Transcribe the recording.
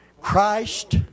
Christ